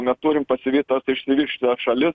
mes turim pasivyt tas išsivysčiusias šalis